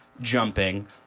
jumping